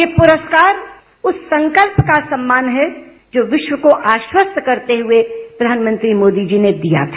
ये पुरस्कार उस संकल्प का सम्मान है जो दिश्व को आश्वस्त करते हुए प्रधानमंत्री मोदी जी ने दिया था